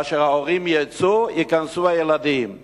כאשר ההורים יצאו, ייכנסו הילדים.